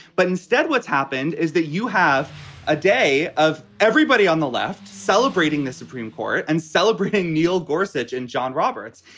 but instead, what's happened is that you have a day of everybody on the left celebrating the supreme court and celebrating neil gorsuch and john roberts.